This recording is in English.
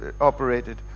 operated